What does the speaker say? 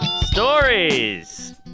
Stories